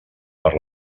per